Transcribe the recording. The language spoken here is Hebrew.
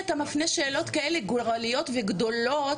אתה מפנה שאלות כאלה גורליות וגדולות,